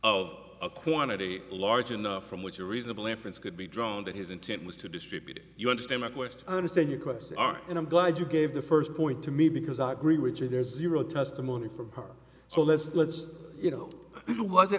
a quantity large enough from which a reasonable inference could be drawn that his intent was to distribute it you understand my question understand your question and i'm glad you gave the first point to me because i agree with you there's zero testimony from her so let's let's you know who was it